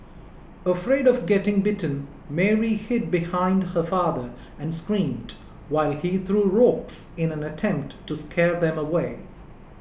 afraid of getting bitten Mary hid behind her father and screamed while he threw rocks in an attempt to scare them away